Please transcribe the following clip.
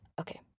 okay